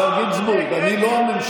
השר גינזבורג, אני לא הממשלה.